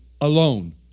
alone